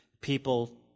people